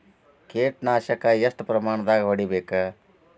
ಕೇಟ ನಾಶಕ ಎಷ್ಟ ಪ್ರಮಾಣದಾಗ್ ಹೊಡಿಬೇಕ?